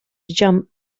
jump